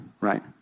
Right